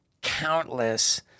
countless